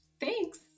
Thanks